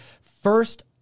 first